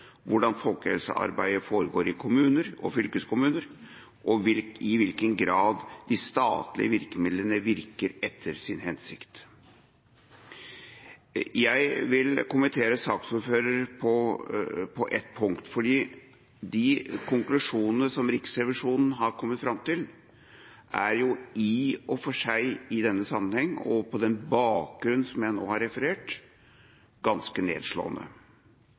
hvordan folkehelsearbeidet foregår i kommuner og fylkeskommuner, og i hvilken grad de statlige virkemidlene virker etter sin hensikt. Jeg vil kommentere saksordføreren på ett punkt: De konklusjonene som Riksrevisjonen har kommet fram til, er i og for seg i denne sammenheng, og på den bakgrunn som jeg nå har referert, ganske nedslående.